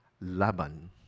Laban